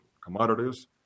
commodities